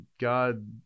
God